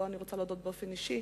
שלו אני רוצה להודות באופן אישי,